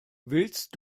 willst